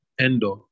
Endor